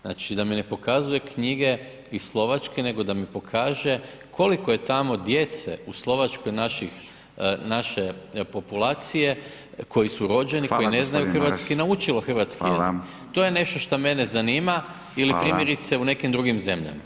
Znači da mi ne pokazuje knjige iz Slovačke, nego da mi pokaže koliko je tamo djece u Slovačkoj naših, naše populacije, koji su rođeni, koji ne znaju hrvatski [[Upadica: Hvala gospodin Maras.]] naučilo hrvatski jezik, to je nešto što mene zanima [[Upadica: Hvala.]] ili primjerice u nekim drugim zemljama.